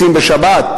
הלל הזקן,